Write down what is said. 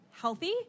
healthy